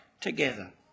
together